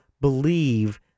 believe